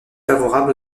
favorable